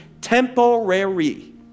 temporary